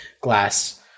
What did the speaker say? glass